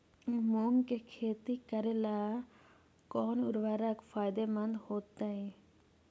मुंग के खेती करेला कौन उर्वरक फायदेमंद होतइ?